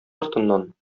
артыннан